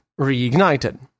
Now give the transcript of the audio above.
reignited